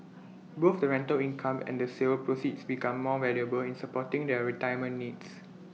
both the rental income and the sale proceeds become more valuable in supporting their retirement needs